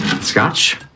Scotch